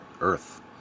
earth